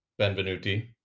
benvenuti